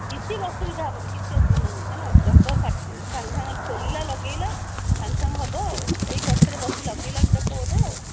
କିଛି ଅସୁବିଧା ହବନି କିଛି ଅସୁବିଧା ନାଇଁ ହେଲା ଚକ ଫାଟିଛି ସାଙ୍ଗେ ସାଙ୍ଗେ ଖୋଲିଲା ଲଗେଇଲା ସାଙ୍ଗେ ସାଙ୍ଗେ ହବ ଆଉ ଏଇ ପଛରେ ବସି ଲଗେଇଲାଣି ଚକ ବୋଧେ ଆଉ